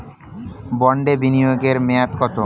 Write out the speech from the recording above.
বন্ডে বিনিয়োগ এর মেয়াদ কত?